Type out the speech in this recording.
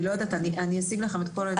אני לא יודעת, אני אשיג לכם את כל הנתונים.